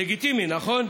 לגיטימי, נכון?